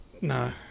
No